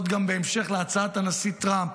גם בהמשך להצעת הנשיא טראמפ,